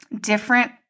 different